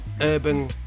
urban